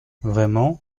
vraiment